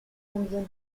combien